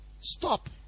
Stop